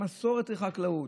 מסורת של חקלאות.